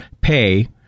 pay